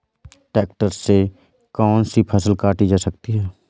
Tractor से कौन सी फसल काटी जा सकती हैं?